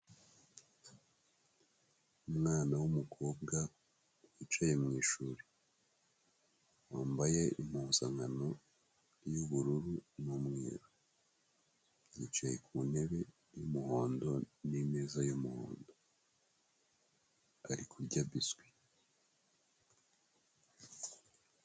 Umwana w'umukobwa wicaye mu ishuri wambaye impuzankano y'ubururu n'umweru, yicaye ku ntebe y'umuhondo na imeza y'umuhondo ari kurya biswi.